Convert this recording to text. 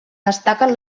destaquen